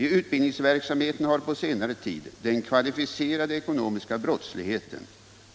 I utbildningsverksamheten har på senare tid den kvalificerade ekonomiska brottsligheten,